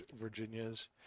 virginia's